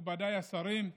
מכובדיי השרים,